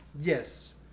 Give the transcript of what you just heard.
Yes